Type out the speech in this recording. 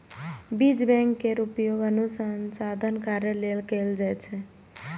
बीज बैंक केर उपयोग अनुसंधान कार्य लेल कैल जाइ छै